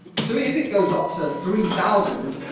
so, if it goes up to three thousand,